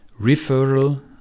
referral